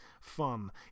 fun